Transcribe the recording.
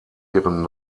ihren